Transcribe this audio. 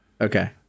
Okay